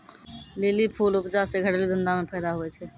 lily फूल उपजा से घरेलू धंधा मे फैदा हुवै छै